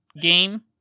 game